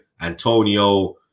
Antonio